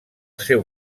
seu